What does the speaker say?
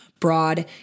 broad